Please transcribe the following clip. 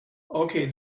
okay